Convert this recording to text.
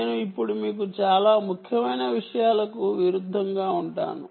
నేను ఇప్పుడు మీకు చాలా ముఖ్యమైన విషయాలకు విరుద్ధంగా ఉంటాను